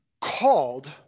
called